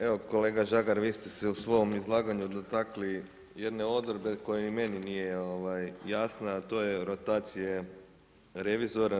Evo kolega Žagar, vi ste se u svom izlaganju dotakli jedne odredbe koja ni meni nije jasna, a to je rotacije revizora.